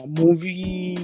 movie